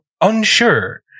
Unsure